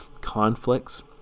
conflicts